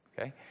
Okay